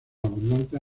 abundantes